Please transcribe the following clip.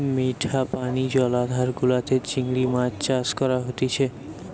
মিঠা পানি জলাধার গুলাতে চিংড়ি মাছ চাষ করা হতিছে